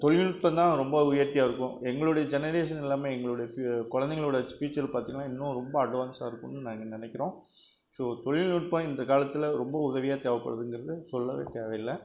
தொழில்நுட்ப்பந்தான் ரொம்ப உயர்த்தியாக இருக்கும் எங்களுடைய ஜெனரேஷன் எல்லாமே எங்களுடைய குழந்தைங்களோட ஃபியுச்சர் பார்த்திங்கனா இன்னும் ரொம்ப அட்வான்ஸாக இருக்குன்னு நாங்கள் நினைக்கிறோம் ஸோ தொழில்நுட்ப்பம் இந்த காலத்தில் ரொம்ப உதவியாக தேவை படுதுங்கிறது சொல்லவே தேவை இல்லை